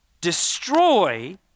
Destroy